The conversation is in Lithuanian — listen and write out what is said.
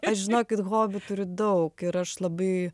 aš žinokit hobių turiu daug ir aš labai